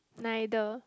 neither